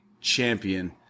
Champion